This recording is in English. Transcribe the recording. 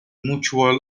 mutual